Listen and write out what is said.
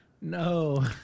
No